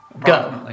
Go